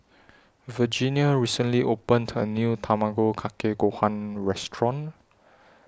Virginia recently opened A New Tamago Kake Gohan Restaurant